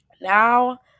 Now